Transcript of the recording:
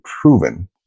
proven